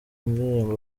indirimbo